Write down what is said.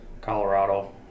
colorado